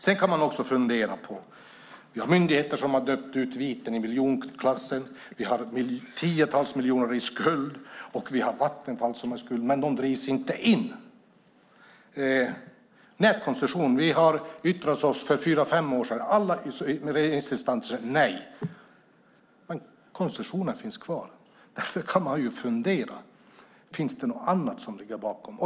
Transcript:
Sedan kan man också fundera: Vi har myndigheter som har dömt ut viten i miljonklass, vi har tiotals miljoner i skuld och vi har Vattenfall som har en skuld. Men de drivs inte in. Nätkoncession: Vi har yttrat oss för fyra fem år sedan, och alla regeringsinstanser säger nej. Men koncessionen finns kvar. Då kan man fundera: Finns det något annat som ligger bakom?